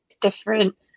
different